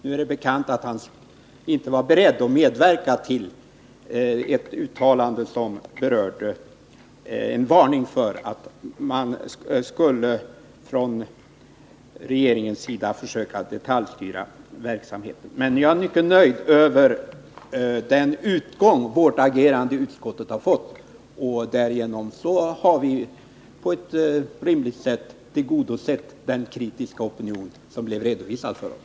Nu är det bekant att han inte var beredd att medverka till ett uttalande som berörde en varning för att man från regeringens sida skulle försöka detaljstyra verksamheten. Men jag är mycket nöjd med den utgång som vårt agerande i utskottet har fått. Därmed har vi på ett rimligt sätt tillgodosett den kritiska opinion som blev redovisad för oss.